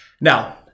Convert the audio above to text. Now